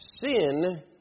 sin